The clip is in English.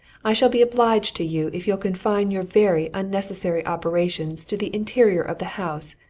i shall be obliged to you if you'll confine your very unnecessary operations to the interior of the house,